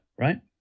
Right